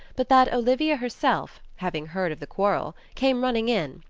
but that olivia herself, having heard of the quar rel came running in,